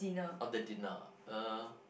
oh the dinner uh